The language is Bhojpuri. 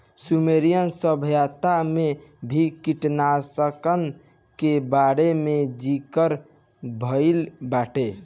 सुमेरियन सभ्यता में भी कीटनाशकन के बारे में ज़िकर भइल बाटे